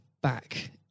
back